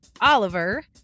Oliver